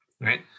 right